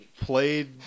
played